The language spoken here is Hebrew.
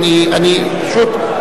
אני קובע